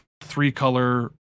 three-color